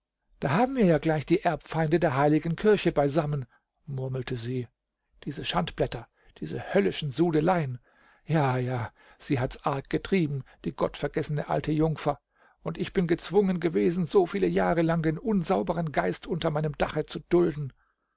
da haben wir ja gleich die erbfeinde der heiligen kirche beisammen murmelte sie diese schandblätter diese höllischen sudeleien ja ja sie hat's arg getrieben die gottvergessene alte jungfer und ich bin gezwungen gewesen so viele jahre lang den unsauberen geist unter meinem dache zu dulden